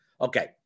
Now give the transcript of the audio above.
Okay